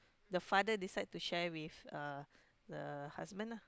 the father decide to share with uh the husband ah